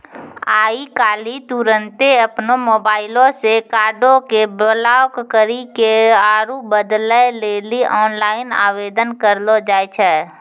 आइ काल्हि तुरन्ते अपनो मोबाइलो से कार्डो के ब्लाक करि के आरु बदलै लेली आनलाइन आवेदन करलो जाय छै